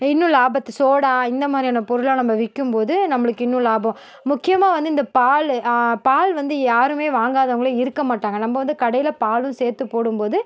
இன்னும் லாபத்தை சோடா இந்த மாதிரியான பொருள்லாம் நம்ப விற்கும்போது நம்பளுக்கு இன்னும் லாபம் முக்கியமாக வந்து இந்த பாலு பால் வந்து யாருமே வாங்காதவங்களே இருக்க மாட்டாங்க நம்ப வந்து கடையில் பாலும் சேர்த்து போடும்போது